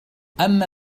أما